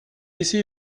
essayé